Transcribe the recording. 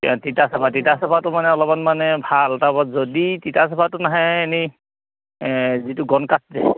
তিতাচপা তিতাচপাটো মানে অলপমান মানে ভাল তাৰপৰা যদি তিতাচপাটো নাহে এনেই যিটো গণ কাঠ যে